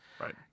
Right